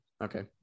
okay